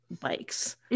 bikes